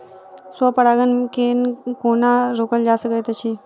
स्व परागण केँ कोना रोकल जा सकैत अछि?